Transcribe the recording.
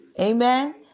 Amen